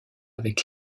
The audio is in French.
avec